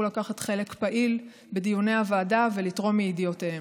לקחת חלק פעיל בדיוני הוועדה ולתרום מידיעותיהם.